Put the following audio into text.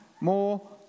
more